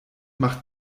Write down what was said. macht